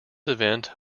event